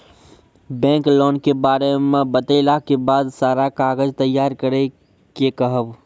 Bank loan के बारे मे बतेला के बाद सारा कागज तैयार करे के कहब?